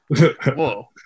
Whoa